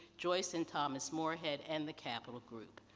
joyce and thomas moorehead, and the capital group.